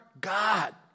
God